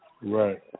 Right